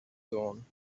dawn